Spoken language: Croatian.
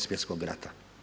Svjetskog rata.